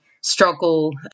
struggle